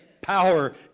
power